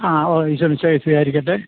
ആ ഓ ഈശോ മിശിഹായ് സ്തുതിയായിരിക്കട്ടെ